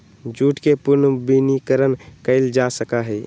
jute के पुनर्नवीनीकरण कइल जा सका हई